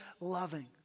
loving